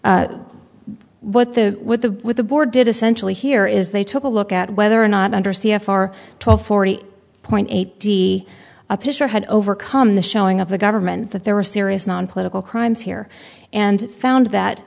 asia what the with the with the board did essentially here is they took a look at whether or not under c f r twelve forty point eight d official had overcome the showing of the government that there were serious nonpolitical crimes here and found that